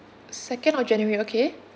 second of january okay